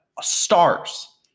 stars